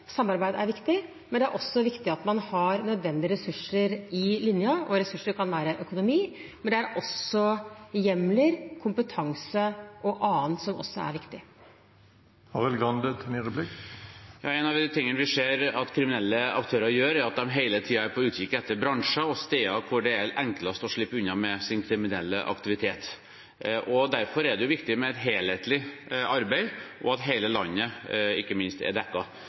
men at det også er viktig at man har nødvendige ressurser «i linjen». Ressursene kan være økonomi, men det er hjemler, kompetanse og annet som også er viktig. En av de tingene vi ser kriminelle aktører gjør, er at de hele tiden er på utkikk etter de bransjene og stedene hvor det er enklest å slippe unna med sin kriminelle aktivitet. Derfor er det viktig med et helhetlig arbeid og ikke minst at hele landet er dekket. Et av de fylkene som ikke er dekket av et a-krimsenter i dag, er